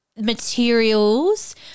materials